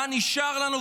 מה נשאר לנו,